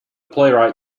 playwright